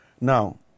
Now